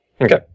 Okay